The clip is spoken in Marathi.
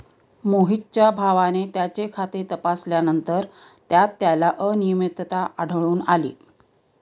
मोहितच्या भावाने त्याचे खाते तपासल्यानंतर त्यात त्याला अनियमितता आढळून आली